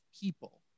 people